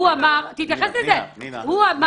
תתייחס לזה, שהוא אמר